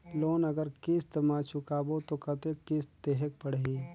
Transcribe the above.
Loan अगर किस्त म चुकाबो तो कतेक किस्त देहेक पढ़ही?